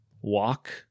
walk